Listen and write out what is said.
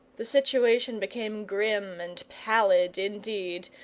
the situation became grim and pallid indeed,